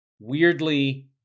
weirdly